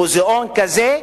מוזיאון כזה,